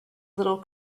little